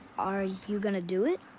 are you gonna do it?